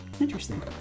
Interesting